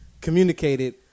communicated